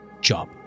job